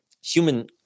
Human